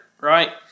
right